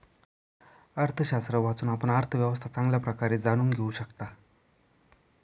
अर्थशास्त्र वाचून, आपण अर्थव्यवस्था चांगल्या प्रकारे जाणून घेऊ शकता